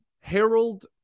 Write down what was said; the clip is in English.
Harold